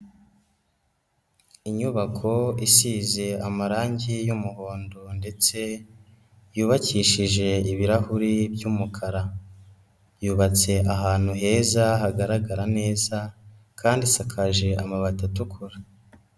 Inyubako isize amarange y'umuhondo ndetse yubakishije ibirahuri by'umukara, yubatse ahantu heza hagaragara neza kandi isakaje amabati atukura.